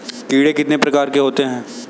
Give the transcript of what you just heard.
कीड़े कितने प्रकार के होते हैं?